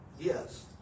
Yes